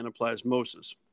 anaplasmosis